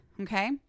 Okay